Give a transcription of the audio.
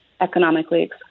economically